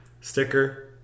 sticker